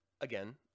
again